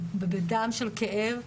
בדם וכאב.